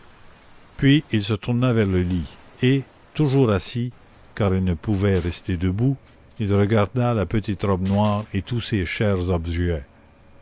puis il se tourna vers le lit et toujours assis car il ne pouvait rester debout il regarda la petite robe noire et tous ces chers objets